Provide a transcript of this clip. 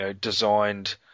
designed